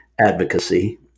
Advocacy